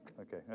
Okay